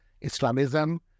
Islamism